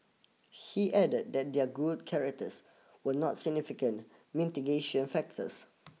he added that their good characters were not significant mitigatio factors